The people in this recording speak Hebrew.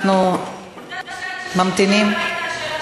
אנחנו ממתינים.